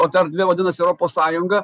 o ta vadinasi europos sąjunga